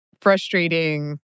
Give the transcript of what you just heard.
frustrating